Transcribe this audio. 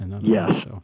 Yes